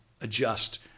adjust